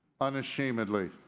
unashamedly